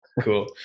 Cool